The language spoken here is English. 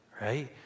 right